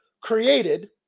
created